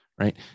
Right